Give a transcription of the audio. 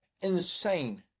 insane